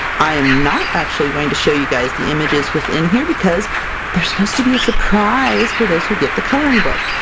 i am not actually going to show you guys the images within here, because they're supposed to be a surprise for those who get the coloring book!